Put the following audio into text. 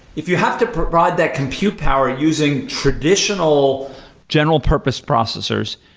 if you have to provide that compute power using traditional general purpose processors,